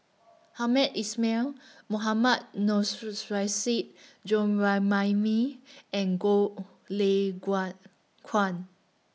Hamed Ismail Mohammad and Goh Lay Kuan